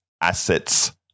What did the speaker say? assets